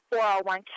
401k